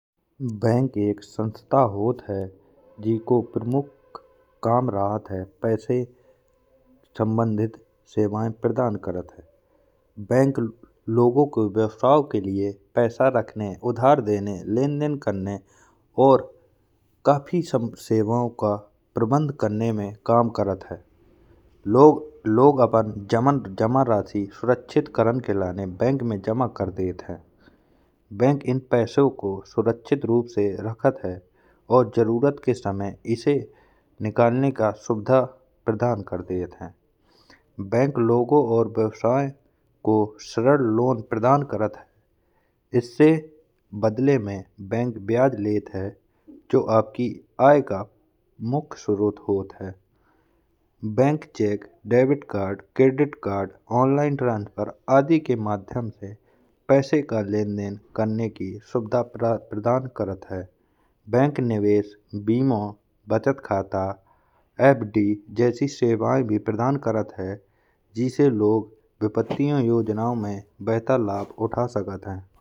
बैंक एक संस्था होत है जिको प्रमुख काम राहत है पैसे संबंधित सेवाएँ प्रदान करत है। बैंक लोगो के व्यवसाय के लिए पैसे रखने, उधार देने, लेनदेन करने और काफी सेवाओं का प्रबंध कराने में काम करत है। लोग आपन जमा राशि सुरक्षित करन के लिए बैंक में जमा कर देत है। बैंक इन पैसों को सुरक्षित रूप से रखत है और जरुरत के समय इसे निकालने की सुविधा प्रदान कर देत है। बैंक लोगों और व्यवसाय को स्थिरन लोन प्रदान करत है। इसके बदले में बैंक ब्याज लेत है, जो आपकी आय का मुख्य स्रोत होत है। Bank cheque, debit card, credit card, online transfer आदि के माध्यम से पैसे की लेन-देन करने की सुविधा प्रदान करत है। बैंक निवेश, बीमा, बचत खाता, एफडी जैसी सेवाएँ भी प्रदान करत है, जिससे लोग विपत्तियों योजना में लाभ उठा सकत है।